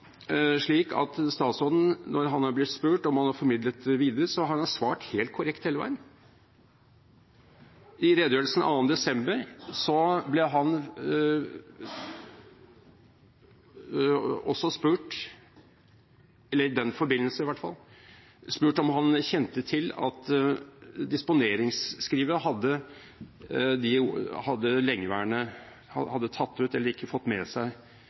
slik at når statsråden er blitt spurt om han har formidlet det videre, har han svart hele korrekt hele veien. I redegjørelsen 2. desember – eller i hvert fall i den forbindelse – ble han spurt om han kjente til at disponeringsskrivet ikke hadde fått med seg at man skulle ta ut